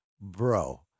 bro